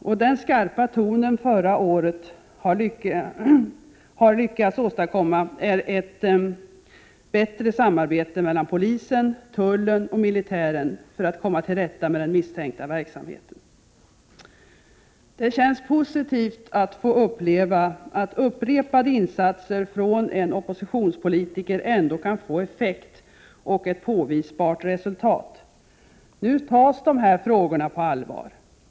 Och den skarpa tonen förra året har lyckats åstadkomma ett bättre samarbete mellan polisen, tullen och militären för att komma till rätta med den misstänkta verksamheten. Det känns positivt att få uppleva att upprepade insatser från en oppositionspolitiker ändå kan få effekt och ett påvisbart resultat. Nu tas de här frågorna på allvar.